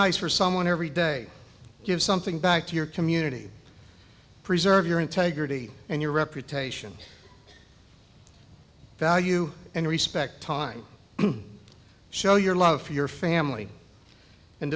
nice for someone every day give something back to your community preserve your integrity and your reputation value and respect time show your love for your family and